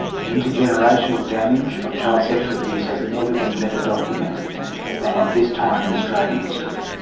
the intergenerational damage of child sexual abuse has never been better documented than at this time in australian history.